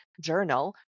journal